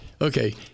Okay